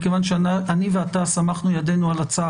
מכיוון שאני ואתה סמכנו ידינו על הצעה